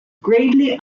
gravely